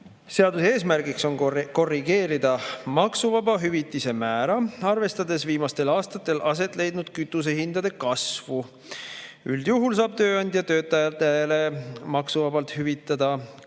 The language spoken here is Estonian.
Seaduse eesmärk on korrigeerida maksuvaba hüvitise määra, arvestades viimastel aastatel aset leidnud kütusehindade kasvu. Üldjuhul saab tööandja töötajatele maksuvabalt hüvitada kõik